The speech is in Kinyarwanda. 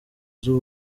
z’u